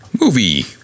movie